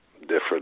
different